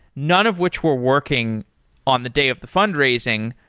none of which were working on the day of the fundraising,